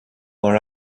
are